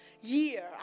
year